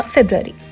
February